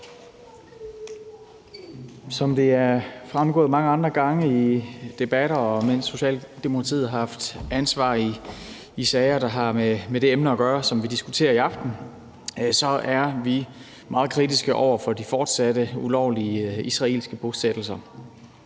Som det er fremgået mange andre gange i debatter, og mens Socialdemokratiet har haft ansvar i sager, som har med det emne at gøre, som vi diskuterer i aften, er vi meget kritiske over for de fortsatte ulovlige israelske bosættelser.